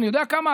אני יודע כמה,